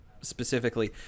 specifically